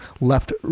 left